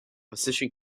position